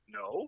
no